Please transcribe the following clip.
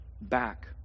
back